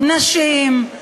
נשים,